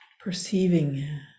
perceiving